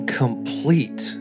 complete